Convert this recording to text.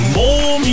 more